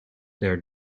their